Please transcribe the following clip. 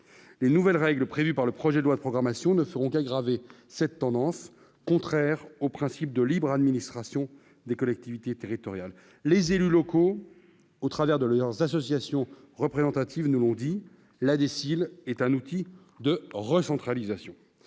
les nouvelles règles prévues par le projet de loi de programmation ne feront graver cette tendance contraire au principe de libre administration des collectivités territoriales, les élus locaux, au travers de leurs associations représentatives nous l'ont dit, la il est un outil de recentralisation,